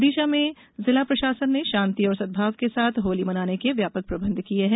विदिशा में जिला प्रशासन ने शांति और सद्भाव के साथ होली मनाने के व्यापक प्रबंध किये हैं